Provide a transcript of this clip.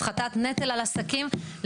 הפחתת נטל על עסקים.